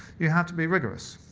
you have to be rigorous.